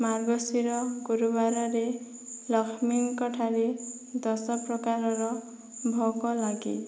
ମାର୍ଗଶୀର ଗୁରୁବାରରେ ଲକ୍ଷ୍ମୀଙ୍କଠାରେ ଦଶପ୍ରକାରର ଭୋଗ ଲାଗେ